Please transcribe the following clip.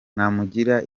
namugira